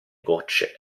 goccie